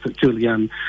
Julian